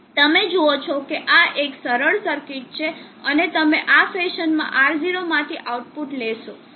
તમે જુઓ છો કે આ એક સરળ સર્કિટ છે અને તમે આ ફેશનમાં R0 માંથી આઉટપુટ લેશો